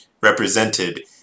represented